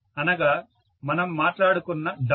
అనగా మనం మాట్లాడుకున్న డాట్